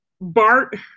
Bart